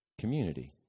community